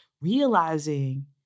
realizing